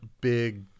big